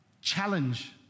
challenge